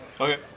Okay